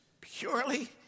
purely